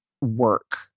work